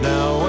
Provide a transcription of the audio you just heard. Now